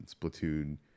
Splatoon